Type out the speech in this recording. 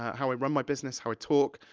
how i run my business, how i talk,